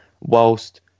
whilst